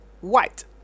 white